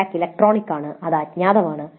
feedback electronic ആണ് അത് അജ്ഞാതമാണ്